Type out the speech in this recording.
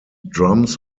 drums